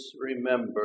remember